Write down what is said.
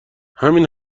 همین